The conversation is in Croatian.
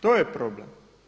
To je problem.